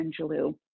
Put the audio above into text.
Angelou